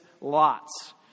Lot's